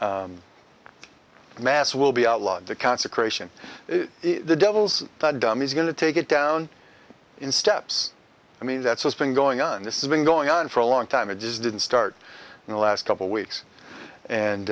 the mass will be outlawed the consecration the devils is going to take it down in steps i mean that's what's been going on this is been going on for a long time it just didn't start in the last couple weeks and